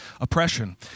oppression